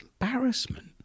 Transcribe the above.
embarrassment